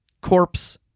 Corpse